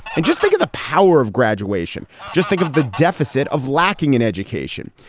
and just think of the power of graduation. just think of the deficit of lacking in education.